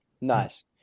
Nice